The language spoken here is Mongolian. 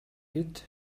гэж